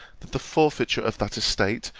that the forfeiture of that estate,